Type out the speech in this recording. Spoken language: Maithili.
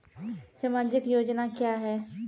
समाजिक योजना क्या हैं?